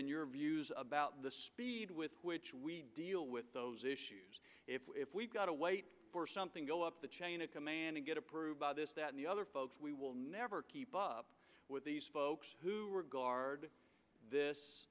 in your views about the speed with which we deal with those issues if we've got to wait for something go up the chain of command and get approved by this that and the other folks we will never keep up with these folks who were guard this